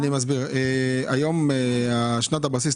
אבל כאשר מדובר באיחוד,